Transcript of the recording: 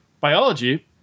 biology